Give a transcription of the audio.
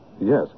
Yes